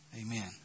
Amen